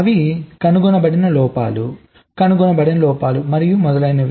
అవి కనుగొనబడిన లోపాలు కనుగొనబడని లోపాలు మరియు మొదలైనవి